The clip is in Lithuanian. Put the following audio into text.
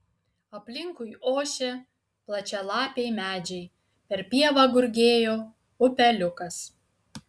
aplinkui ošė plačialapiai medžiai per pievą gurgėjo upeliukas